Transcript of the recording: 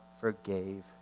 forgave